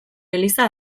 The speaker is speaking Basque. eliza